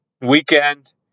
weekend